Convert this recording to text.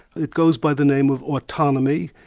it goes by the name of autonomy,